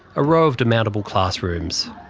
a row of demountable classrooms.